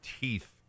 teeth